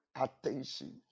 attention